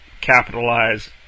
capitalize